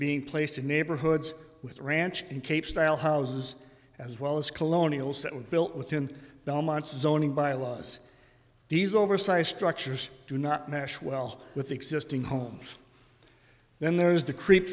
being placed in neighborhoods with ranch and cape style houses as well as colonials that we built within belmont zoning by laws these oversized structures do not mesh well with the existing homes then there's the cree